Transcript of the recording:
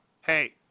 hey